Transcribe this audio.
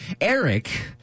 Eric